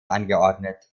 angeordnet